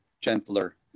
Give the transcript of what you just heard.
gentler